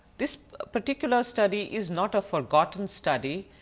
this a particular study is not a forgotten study,